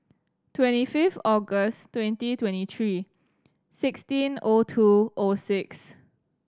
twenty five August twenty twenty three sixteen zero two zero six